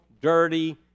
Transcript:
dirty